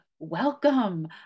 Welcome